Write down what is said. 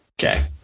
Okay